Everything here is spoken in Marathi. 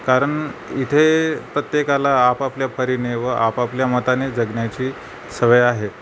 कारण इथे प्रत्येकाला आपापल्या परीने व आपापल्या मताने जगण्याची सवय आहे